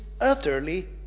utterly